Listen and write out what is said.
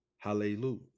hallelujah